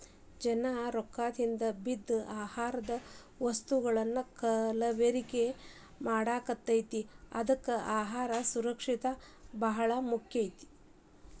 ಜನಾ ರೊಕ್ಕದ ಹಿಂದ ಬಿದ್ದ ಆಹಾರದ ವಸ್ತುಗಳನ್ನಾ ಕಲಬೆರಕೆ ಮಾಡಾಕತೈತಿ ಅದ್ಕೆ ಅಹಾರ ಸುರಕ್ಷಿತ ಬಾಳ ಮುಖ್ಯ